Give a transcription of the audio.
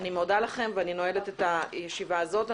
אני מודה לכם ואני נועלת את הישיבה הזאת.